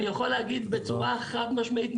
אני יכול להגיד בצורה חד משמעית,